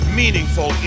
meaningful